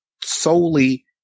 solely